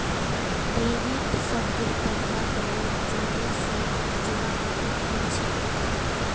debit शब्देर पहला प्रयोग चोदह सौ चौरानवेत मिलछेक